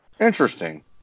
Interesting